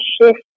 shift